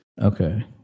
Okay